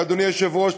ואדוני היושב-ראש,